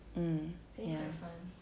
um ya